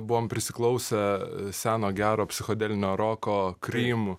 buvom prisiklausę seno gero psichodelinio roko krym